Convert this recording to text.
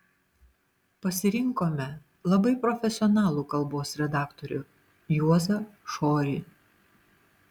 pasirinkome labai profesionalų kalbos redaktorių juozą šorį